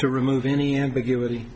to remove any ambiguity